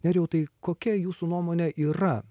nerijau tai kokia jūsų nuomone yra